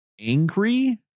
angry